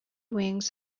wings